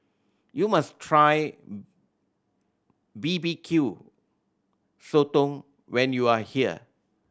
you must try B B Q Sotong when you are here